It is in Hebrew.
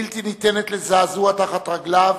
ובלתי ניתנת לזעזוע תחת רגליו,